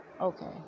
Okay